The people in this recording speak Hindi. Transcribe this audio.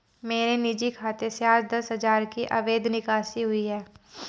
मेरे निजी खाते से आज दस हजार की अवैध निकासी हुई है